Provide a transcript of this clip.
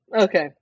Okay